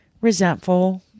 resentful